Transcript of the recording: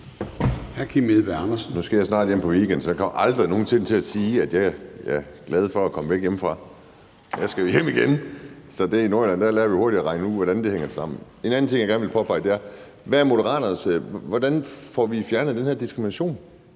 Nu skal jeg snart hjem på weekend, så jeg kommer aldrig nogen sinde til at sige, at jeg er glad for at komme væk hjemmefra – jeg skal jo hjem igen, så i Nordjylland lærer vi hurtigt at regne ud, hvordan det hænger sammen. En anden ting, jeg gerne vil spørge om, er, hvordan vi får fjernet den her diskrimination.